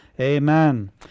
Amen